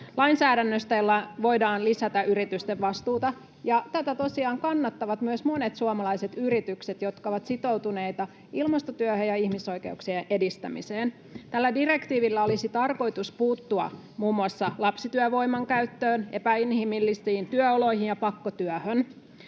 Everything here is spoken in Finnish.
lainsäädännöstä, jolla voidaan lisätä yritysten vastuuta, ja tätä tosiaan kannattavat myös monet suomalaiset yritykset, jotka ovat sitoutuneita ilmastotyöhön ja ihmisoikeuksien edistämiseen. Tällä direktiivillä olisi tarkoitus puuttua muun muassa lapsityövoiman käyttöön, epäinhimillisiin työoloihin ja pakkotyöhön.